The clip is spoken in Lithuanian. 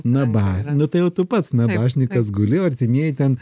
na ba nu tai jau tu pats nabašninkas guli artimieji ten